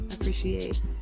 appreciate